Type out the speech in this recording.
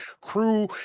crew